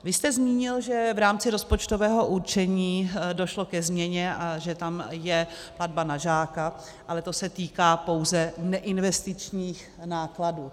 Vy jste zmínil, že v rámci rozpočtového určení došlo ke změně a že tam je platba na žáka, ale to se týká pouze neinvestičních nákladů.